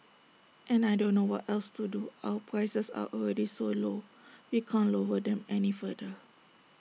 and I don't know what else to do our prices are already so low we can't lower them any further